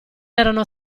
erano